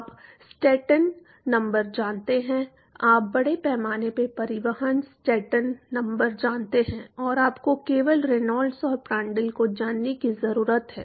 आप Stanton number जानते हैं आप बड़े पैमाने पर परिवहन स्टैंटन नंबर जानते हैं और आपको केवल रेनॉल्ड्स और प्रांड्ल को जानने की जरूरत है